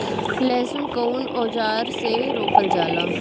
लहसुन कउन औजार से रोपल जाला?